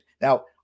now